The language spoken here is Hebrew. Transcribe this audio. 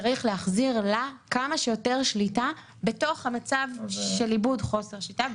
צריך להחזיר לה כמה שיותר שליטה בתוך המצב של איבוד שליטה.